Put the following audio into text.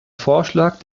vorschlag